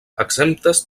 exemptes